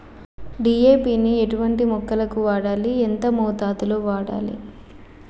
DAP ని ఎటువంటి మొక్కలకు వాడాలి? ఎంత మోతాదులో వాడాలి?